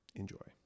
enjoy